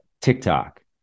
TikTok